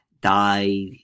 Die